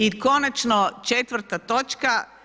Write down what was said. I konačno, četvrta točka.